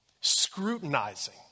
Scrutinizing